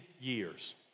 years